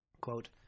Quote